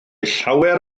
llawer